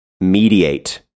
mediate